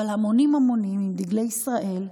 אבל המונים המונים עם דגלי ישראל.